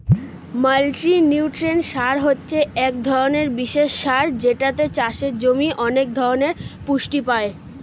multinutrient সার হচ্ছে এক ধরণের বিশেষ সার যেটাতে চাষের জমি অনেক ধরণের পুষ্টি পায়